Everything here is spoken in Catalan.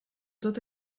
tot